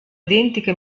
identiche